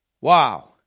Wow